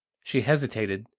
she hesitated,